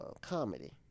comedy